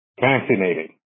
Fascinating